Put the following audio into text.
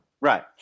Right